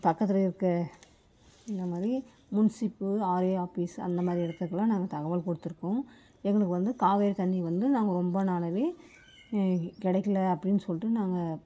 பக்கத்துலேயே இருக்க இந்த மாதிரி முன்சிப்பு ஆயே ஆபிஸ் அந்த மாதிரி இடத்துக்குலாம் நாங்கள் தகவல் கொடுத்துருக்கோம் எங்களுக்கு வந்து காவிரி தண்ணி வந்து நாங்கள் ரொம்ப நாளாகவே கிடைக்கல அப்படின்னு சொல்லிட்டு நாங்கள்